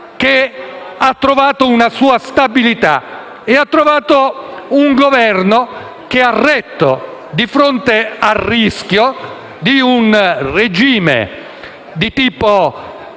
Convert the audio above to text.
che ha trovato una sua stabilità e un Governo che ha retto di fronte al rischio di un regime di tipo,